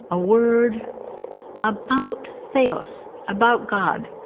a word about theos. about god.